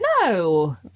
No